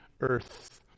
earth